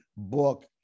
book